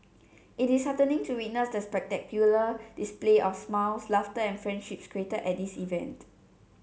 it is heartening to witness the spectacular display of smiles laughter and friendships created at this event